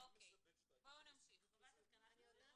אני ממשיכה בקריאה: